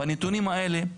בנתונים האלה,